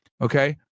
Okay